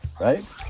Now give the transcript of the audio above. Right